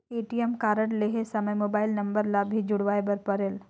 ATM card लहे समय mobile number ला भी जुड़वाए बर परेल?